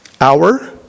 hour